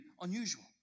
unusual